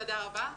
תודה רבה.